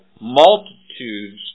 multitudes